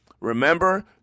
Remember